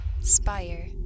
Spire